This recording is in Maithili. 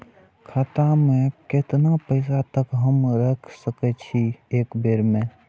खाता में केतना पैसा तक हमू रख सकी छी एक बेर में?